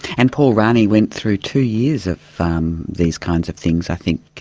and poor rani went through two years of um these kinds of things, i think.